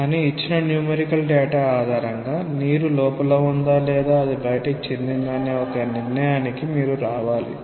కానీ ఇచ్చిన numerical data ఆధారంగా నీరు లోపల ఉందా లేదా అది బయటికి చిందినదా అనే ఒక నిర్ణయానికి మీరు రావాలి